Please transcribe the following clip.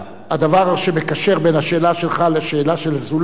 הדבר שמקשר בין השאלה שלך לשאלה של אזולאי,